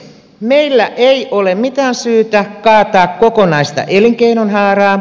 meillä ei ole mitään syytä kaataa kokonaista elinkeinonhaaraa